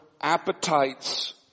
appetites